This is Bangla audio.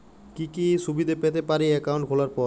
কি কি সুবিধে পেতে পারি একাউন্ট খোলার পর?